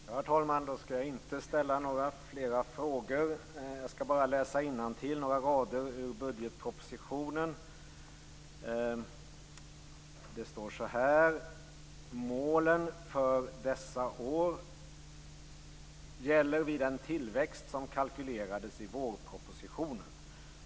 Herr talman! Jag skall inte ställa några fler frågor. Jag skall bara läsa några rader innantill ur budgetpropositionen: Målen för dessa år gäller vid den tillväxt som kalkylerades i vårpropositionen.